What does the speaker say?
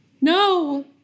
No